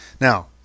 Now